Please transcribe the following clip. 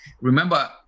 Remember